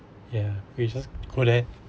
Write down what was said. ya we just go there